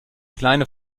kleine